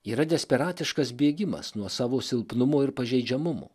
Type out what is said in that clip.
yra desperatiškas bėgimas nuo savo silpnumo ir pažeidžiamumo